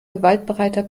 gewaltbereiter